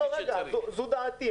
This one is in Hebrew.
זו דעתי.